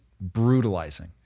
brutalizing